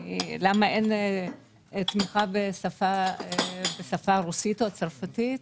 למה אין תמיכה בשפה רוסית או צרפתית.